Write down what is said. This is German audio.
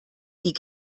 die